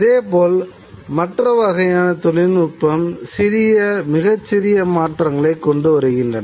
இதேபோல் மற்ற வகையான தொழில்நுட்பங்கள் சிறிய மிகச்சிறிய மாற்றங்களைக் கொண்டுவருகின்றன